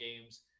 games